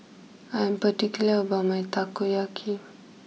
I am particular about my Takoyaki